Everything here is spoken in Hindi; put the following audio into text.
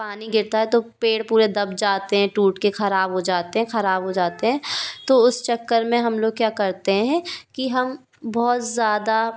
पानी गिरता है तो पेड़ पूरे दब जाते हैं टूट के ख़राब हो जाते हैं ख़राब हो जाते हें तो उस चक्कर में हम लोग क्या करते हें कि हम बहुत ज़्यादा